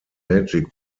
magic